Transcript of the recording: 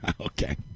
Okay